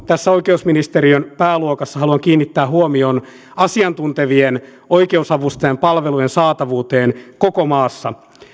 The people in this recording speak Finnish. tässä oikeusministeriön pääluokassa haluan kiinnittää huomion asiantuntevien oikeusavustajan palvelujen saatavuuteen koko maassa